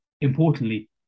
importantly